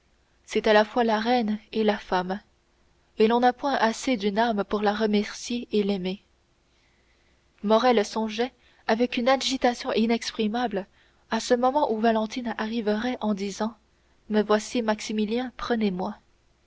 c'est à la fois la reine et la femme et l'on n'a point assez d'une âme pour la remercier et l'aimer morrel songeait avec une agitation inexprimable à ce moment où valentine arriverait en disant me voici maximilien prenez-moi